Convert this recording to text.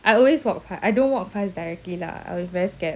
I always walk pa~ I don't walk past directly lah I was very scared